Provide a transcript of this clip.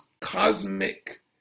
cosmic